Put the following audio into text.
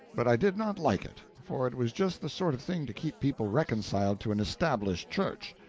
but i did not like it, for it was just the sort of thing to keep people reconciled to an established church.